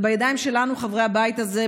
זה בידיים שלנו, חברי הבית הזה.